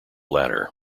latter